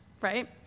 right